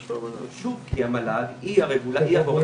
כי המל"ג היא הגורם